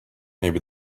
maybe